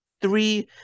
three